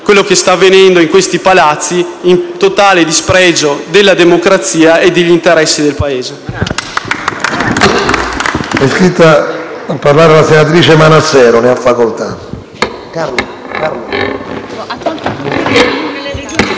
quello che sta avvenendo in questi palazzi a totale dispregio della democrazia e degli interessi del Paese.